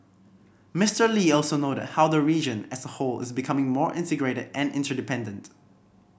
Mister Lee also noted how the region as a whole is becoming more integrated and interdependent